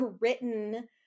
written